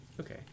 Okay